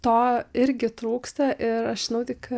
to irgi trūksta ir aš žinau tik